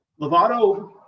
Lovato